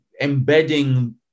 Embedding